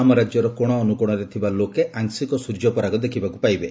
ଆମ ରାଜ୍ୟର କୋଶ ଅନୁକୋଶରେ ଥିବା ଲୋକେ ଆଂଶିକ ସ୍ର୍ଯ୍ୟପରାଗ ଦେଖିବାକୁ ପାଇବେ